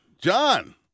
John